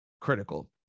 critical